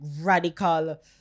radical